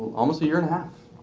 almost a year and a half,